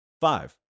five